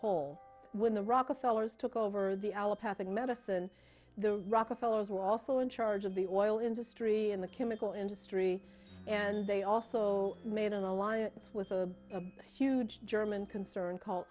whole when the rockefeller's took over the allopath and medicine the rockefeller's were also in charge of the oil industry in the chemical industry and they also made an alliance with a huge german concern called